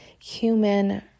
human